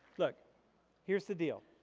look here's the deal